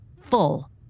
full